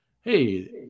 hey